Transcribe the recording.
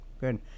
Good